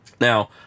now